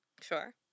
Sure